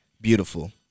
beautiful